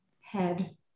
head